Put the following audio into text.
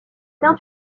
tint